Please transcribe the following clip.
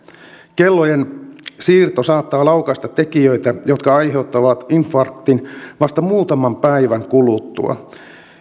kellojen siirto saattaa laukaista tekijöitä jotka aiheuttavat infarktin vasta muutaman päivän kuluttua